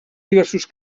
diversos